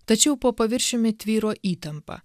tačiau po paviršiumi tvyro įtampa